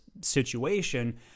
situation